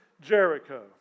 Jericho